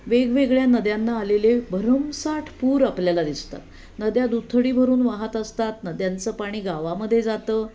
वेगवेगळ्या नद्यांना आलेले भरमसाठ पूर आपल्याला दिसतात नद्या दुथडी भरून वाहात असतात नद्यांचं पाणी गावामध्ये जातं